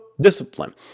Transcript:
discipline